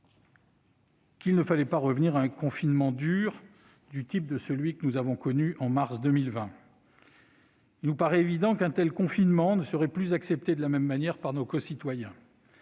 qu'il ne fallait pas revenir à un confinement dur, du type de celui que nous avons connu en mars 2020. Il nous paraît évident qu'un tel confinement ne serait plus accepté de la même manière par nos concitoyens.